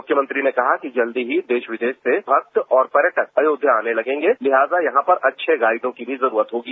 मुख्यमंत्री ने कहा कि जल्दी ही देश विदेश से भक्त और पर्यटक अयोध्या आने लगेंगे लिहाजा यहां पर अच्छे गाइडों की जरूरत होगी